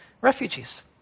refugees